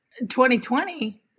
2020